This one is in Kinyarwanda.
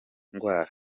ngwara